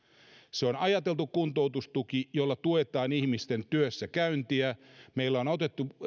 se on ajateltu kuntoutustuki jolla tuetaan ihmisten työssäkäyntiä meillä on otettu